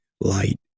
light